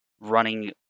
running